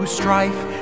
strife